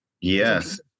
Yes